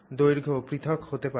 দৈর্ঘ্যও পৃথক হতে পারে